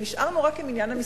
ונשארנו רק עם עניין המשרדים.